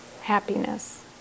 happiness